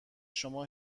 شما